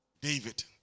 David